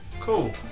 cool